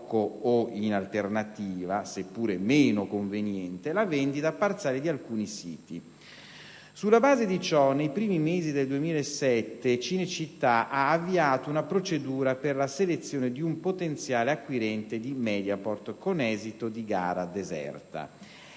o, in alternativa, seppure meno conveniente, la vendita parziale di alcuni siti. Sulla base di ciò, nei primi mesi del 2007, Cinecittà ha avviato una procedura per la selezione di un potenziale acquirente di Mediaport con esito di "gara deserta".